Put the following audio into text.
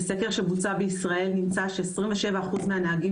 בסקר שבוצע בישראל נמצא ש-27 אחוז מהנהגים